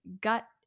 gut